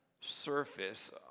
surface